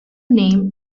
named